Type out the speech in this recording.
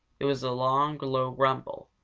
it was a long, low rumble.